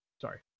sorry